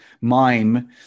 mime